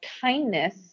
kindness